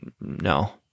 no